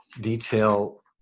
detail